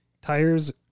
Tires